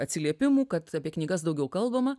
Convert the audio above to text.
atsiliepimų kad apie knygas daugiau kalbama